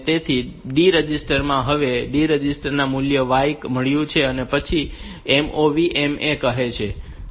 તેથી D register માં હવે D રજિસ્ટર માં y મૂલ્ય મળ્યું છે અને પછી તે MOV MA કહે છે